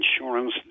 insurance